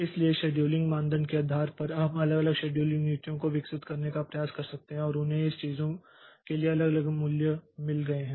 इसलिए शेड्यूलिंग मानदंड के आधार पर हम अलग अलग शेड्यूलिंग नीतियों को विकसित करने का प्रयास कर सकते हैं और उन्हें इस चीज़ों के लिए अलग अलग मूल्य मिल गए हैं